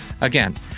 Again